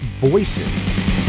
voices